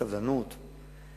סבלנות,